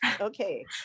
Okay